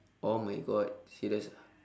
oh my god serious ah